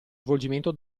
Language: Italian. svolgimento